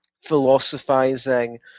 philosophizing